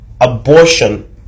abortion